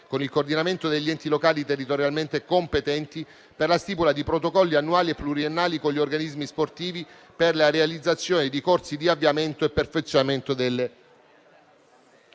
con il coordinamento degli enti locali territorialmente competenti per la stipula di protocolli annuali e pluriennali con gli organismi sportivi per la realizzazione di corsi di avviamento e perfezionamento delle